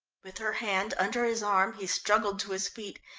with her hand under his arm he struggled to his feet.